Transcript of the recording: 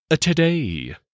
Today